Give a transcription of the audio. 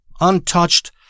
untouched